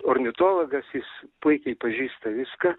ornitologas jis puikiai pažįsta viską